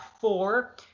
four